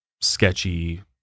sketchy